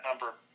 number